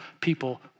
people